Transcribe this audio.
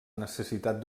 necessitat